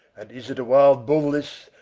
and is it a wild bull this,